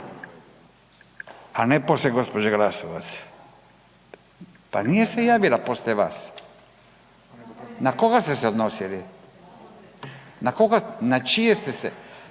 a ne poslije gospođe Glasovac. Pa nije se javila poslije vas. Na koga ste se odnosili? Na čije ste se,